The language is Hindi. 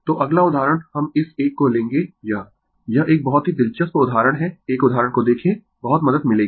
तो अगला उदाहरण हम इस एक को लेंगें यह यह एक बहुत ही दिलचस्प उदाहरण है एक उदाहरण को देखें बहुत मदद मिलेगी